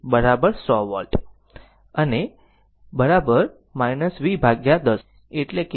તેથી v0 v 100 volt અને be v10 એટલે કે 10 એમ્પીયર